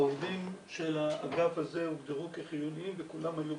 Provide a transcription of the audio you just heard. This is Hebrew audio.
העובדים של האגף הזה הוגדרו כחיוניים וכולם היו בעבודה.